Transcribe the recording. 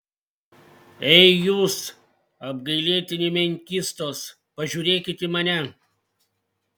ei jūs apgailėtini menkystos pažiūrėkit į mane